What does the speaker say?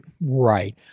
right